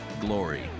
Glory